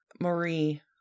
Marie